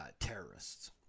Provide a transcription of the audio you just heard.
terrorists